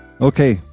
Okay